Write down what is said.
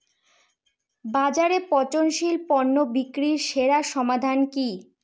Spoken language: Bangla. বাজারে পচনশীল পণ্য বিক্রির জন্য সেরা সমাধান কি?